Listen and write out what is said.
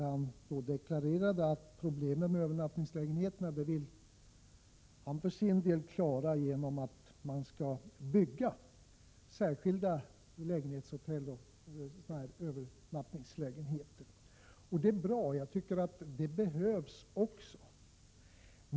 Han deklarerade att han vill lösa problemet med dem genom att bygga särskilda lägenhetshotell och övernattningslägenheter. Det är bra. Jag tycker att det behövs också.